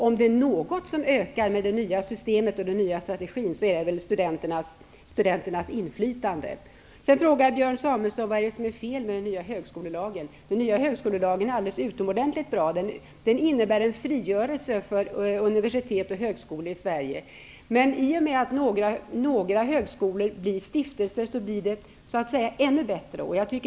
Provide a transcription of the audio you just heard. Om något ökar med den nya strategin är det studenternas inflytande. Björn Samuelson frågade vidare vad som är fel med den nya högskolelagen. Den nya högskolelagen är utomordentligt bra. Den innebär en frigörelse för universitet och högskolor i Sverige. Men i och med att några högskolor blir stiftelsehögskolor blir det ännu bättre.